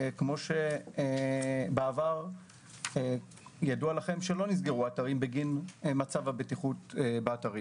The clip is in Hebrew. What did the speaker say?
וידוע לכם שבעבר לא נסגרו אתרים בגין מצב הבטיחות בהם.